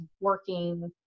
working